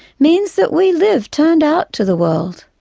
means that we live turned out to the world.